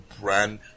brand